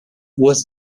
was